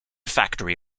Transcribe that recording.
factory